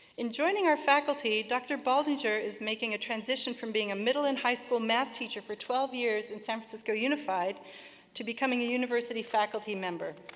in joining our faculty, dr. baldinger is making a transition from being a middle and high-school math teacher for twelve years in san francisco unified to becoming a university faculty member.